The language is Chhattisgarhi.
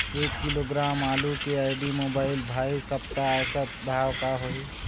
एक किलोग्राम आलू के आईडी, मोबाइल, भाई सप्ता औसत भाव का होही?